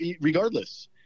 regardless